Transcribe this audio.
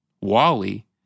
Wally